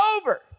over